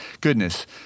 goodness